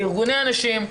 ארגוני הנשים,